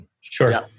Sure